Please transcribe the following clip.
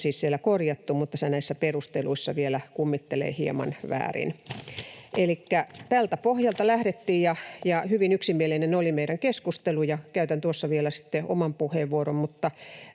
korjattu, mutta se näissä perusteluissa vielä kummittelee hieman väärin. Elikkä tältä pohjalta lähdettiin, ja hyvin yksimielinen oli meidän keskustelumme. Käytän tuossa vielä sitten oman puheenvuoron, mutta